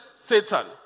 Satan